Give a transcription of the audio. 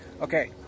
Okay